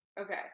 Okay